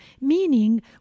meaning